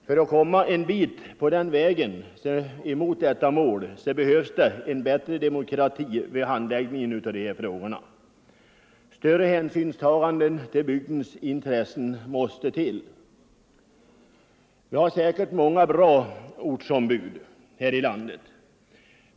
För att komma en bit på vägen mot detta mål behövs en bättre demokrati vid handläggningen av dessa frågor. Större hänsyn måste tas till bygdernas intressen. Det finns säkert många bra ortsombud här i landet.